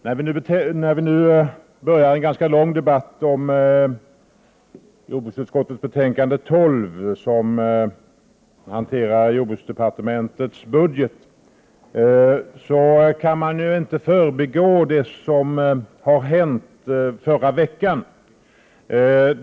Herr talman! Vi påbörjar nu en ganska lång debatt om jordbruksutskottets betänkande 12, som hanterar jordbruksdepartementets budget. Men jag kan inte förbigå det som hände förra veckan.